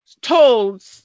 told